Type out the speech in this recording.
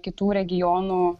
kitų regionų